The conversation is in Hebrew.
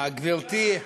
גברתי,